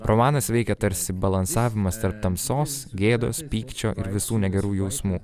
romanas veikia tarsi balansavimas tarp tamsos gėdos pykčio ir visų negerų jausmų